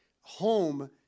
home